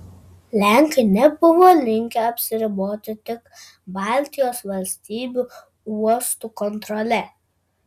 lenkai nebuvo linkę apsiriboti tik baltijos valstybių uostų kontrole